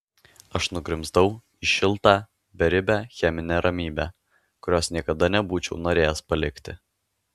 aš nugrimzdau į šiltą beribę cheminę ramybę kurios niekada nebūčiau norėjęs palikti